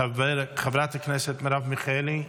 חברת הכנסת מרב מיכאלי,